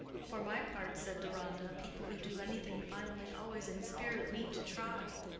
for my part, said deronda, people who do anything finely always inspirit me to try.